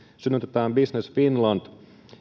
synnytetään business finland